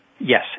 Yes